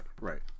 right